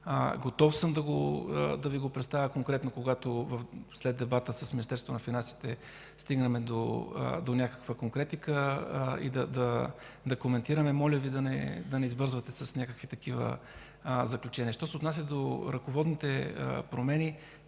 Готов съм да Ви го представя конкретно, когато след дебата с Министерството на финансите стигнем до някаква конкретика и да коментираме. Моля да не избързвате с някакви такива заключения. Що се отнася до ръководните промени,